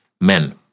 men